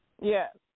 Yes